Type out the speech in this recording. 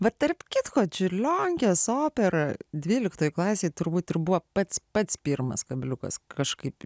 va tarp kitko čiurlionkės opera dvyliktoje klasėje turbūt ir buvo pats pats pirmas kabliukas kažkaip